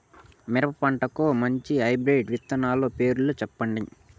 మిరప పంటకు మంచి హైబ్రిడ్ విత్తనాలు పేర్లు సెప్పండి?